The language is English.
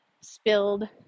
spilled